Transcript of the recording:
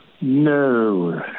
no